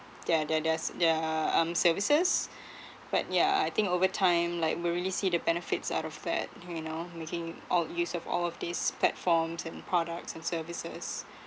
their their their their um services but yeah I think over time like we really see the benefits out of that you know making all use of all these platforms and products and services